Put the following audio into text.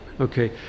Okay